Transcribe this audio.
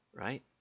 Right